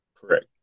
Correct